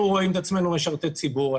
אנחנו רואים את עצמנו משרתי ציבור,